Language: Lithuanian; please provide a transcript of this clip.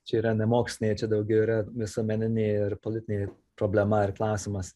čia yra nemokslinė čia daugiau yra visuomeninė ir politinė problema ir klausimas